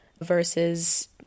versus